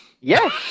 yes